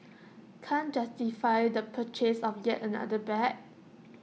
can't justify the purchase of yet another bag